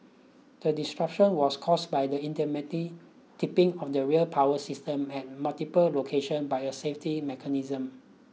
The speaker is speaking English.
the disruption was caused by the intermittent tripping of the rail power system at multiple location by a safety mechanism